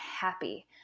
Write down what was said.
happy